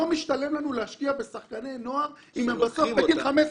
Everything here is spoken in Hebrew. לא משתלם להם להשקיע בשחקני הנוער אם בסוף בגיל 15,